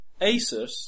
Asus